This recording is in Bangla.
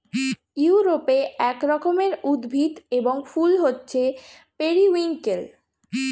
ইউরোপে এক রকমের উদ্ভিদ এবং ফুল হচ্ছে পেরিউইঙ্কেল